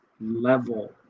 level